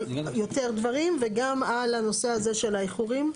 יותר דברים וגם על הנושא הזה של האיחורים?